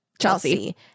Chelsea